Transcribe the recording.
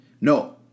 No